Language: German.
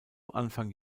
anfang